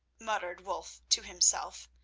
muttered wulf to himself,